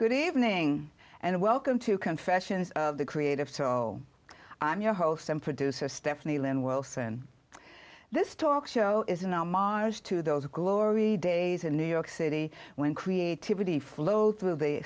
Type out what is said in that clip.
good evening and welcome to confessions of the creative soul i'm your host and producer stephanie len wilson this talk show is an homage to those glory days in new york city when creativity flow through the